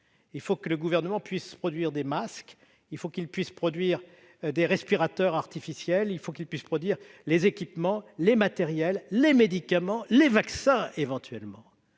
Il faut que le Gouvernement puisse produire des masques, il faut qu'il puisse produire des respirateurs artificiels, il faut qu'il puisse produire les équipements, les matériels, les médicaments et, éventuellement,